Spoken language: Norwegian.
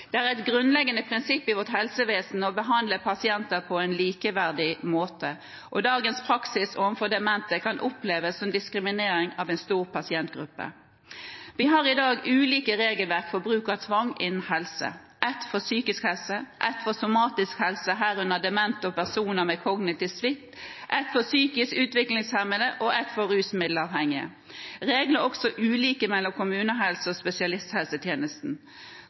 Det er et grunnleggende prinsipp i vårt helsevesen å behandle pasienter på en likeverdig måte, og dagens praksis overfor demente kan oppleves som diskriminering av en stor pasientgruppe. Vi har i dag ulike regelverk for bruk av tvang innen helse, et for psykisk helse, et for somatisk helse, herunder demente og personer med kognitiv svikt, et for psykisk utviklingshemmede og et for rusmiddelavhengige. Reglene er også ulike mellom kommunehelsetjenesten og spesialisthelsetjenesten.